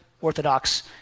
Orthodox